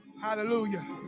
Hallelujah